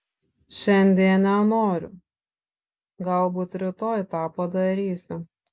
šiandien nenoriu galbūt rytoj tą padarysiu